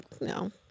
no